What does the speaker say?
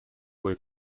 кое